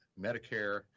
Medicare